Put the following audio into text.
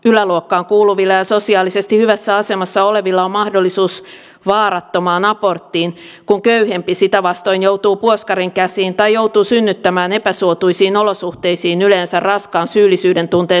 yläluokkaan kuuluvilla ja sosiaalisesti hyvässä asemassa olevilla on mahdollisuus vaarattomaan aborttiin kun köyhempi sitä vastoin joutuu puoskarin käsiin tai joutuu synnyttämään epäsuotuisiin olosuhteisiin yleensä raskaan syyllisyyden tunteen saattelemana